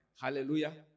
Hallelujah